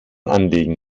anlegen